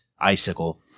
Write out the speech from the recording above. icicle